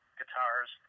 guitars